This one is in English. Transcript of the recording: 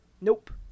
nope